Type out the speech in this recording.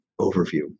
overview